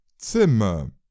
Zimmer